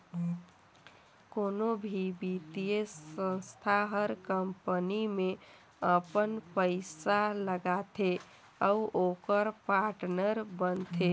कोनो भी बित्तीय संस्था हर कंपनी में अपन पइसा लगाथे अउ ओकर पाटनर बनथे